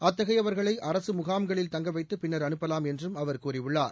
அத்தகையவர்களை அரசு முகாம்களில் தங்கவைத்து பிள்னர் அனுப்பலாம் என்றும் அவர் கூறியுள்ளார்